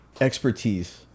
Expertise